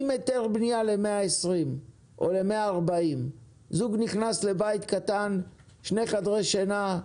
עם היתר בנייה ל-120 או 140. זוג נכנס לבית קטן עם שני חדרי שינה,